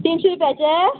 तिनशी रुपयाचे